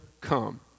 come